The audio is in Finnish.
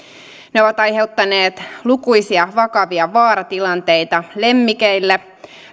ne ovat aiheuttaneet lukuisia vakavia vaaratilanteita lemmikeille